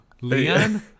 Leon